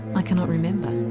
i cannot remember.